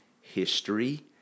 history